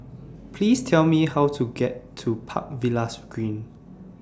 Please Tell Me How to get to Park Villas Green